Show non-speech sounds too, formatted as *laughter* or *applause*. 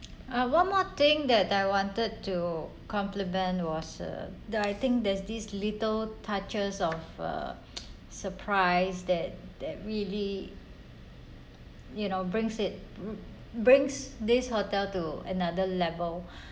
uh one more thing that I wanted to compliment was uh the I think there's this little touches of a *noise* surprise that that really you know brings it brings this hotel to another level